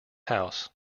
house